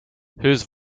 whose